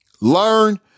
Learn